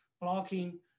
blocking